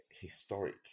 historic